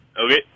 Okay